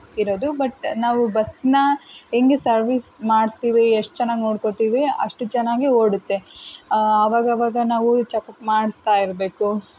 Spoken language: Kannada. ಇರೋದು ಬಟ್ ನಾವು ಬಸ್ಸನ್ನ ಹೆಂಗೆ ಸರ್ವೀಸ್ ಮಾಡಿಸ್ತೀವಿ ಎಷ್ಟು ಚೆನ್ನಾಗಿ ನೋಡ್ಕೋತೀವಿ ಅಷ್ಟು ಚೆನ್ನಾಗಿ ಓಡುತ್ತೆ ಅವಾಗ ಅವಾಗ ನಾವು ಚಕಪ್ ಮಾಡಿಸ್ತಾ ಇರಬೇಕು